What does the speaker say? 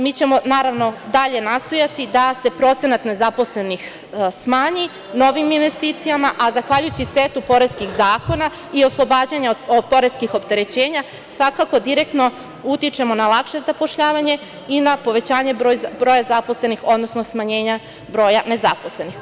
Mi ćemo, naravno, dalje nastojati da se procenat nezaposlenih smanji novim investicijama, a zahvaljujući setu poreskih zakona i oslobađanja od poreskih opterećenja svakako direktno utičemo na lakše zapošljavanje i na povećanje broja zaposlenih, odnosno smanjenja broja nezaposlenih.